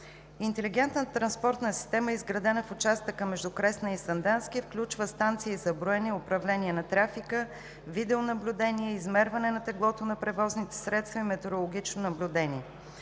Интелигентна транспортна система е изградена в участъка между Кресна и Сандански и включва станции за броене и управление на трафика, видеонаблюдение, измерване на теглото на превозните средства и метеорологично наблюдение.